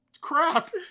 crap